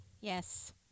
Yes